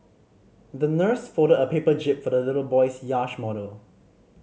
the nurse folded a paper jib for the little boy's yacht model